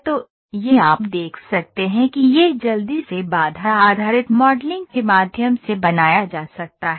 तो यह आप देख सकते हैं कि यह जल्दी से कौनट्न आधारित मॉडलिंग के माध्यम से बनाया जा सकता है